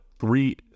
three